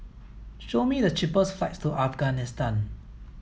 show me the cheapest flights to Afghanistan